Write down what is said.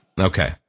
Okay